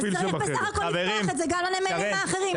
אז צריך בסך הכול לפתוח את זה גם לנמלים האחרים.